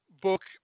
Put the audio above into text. book